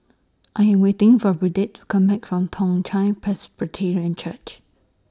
I Am waiting For Burdette to Come Back from Toong Chai Presbyterian Church